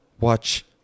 watch